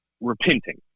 repenting